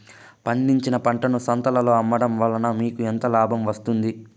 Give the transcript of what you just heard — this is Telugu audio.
పండించిన పంటను సంతలలో అమ్మడం వలన మీకు ఎంత లాభం వస్తుంది?